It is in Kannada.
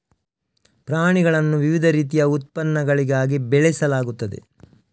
ಪ್ರಾಣಿಗಳನ್ನು ವಿವಿಧ ರೀತಿಯ ಉತ್ಪನ್ನಗಳಿಗಾಗಿ ಬೆಳೆಸಲಾಗುತ್ತದೆ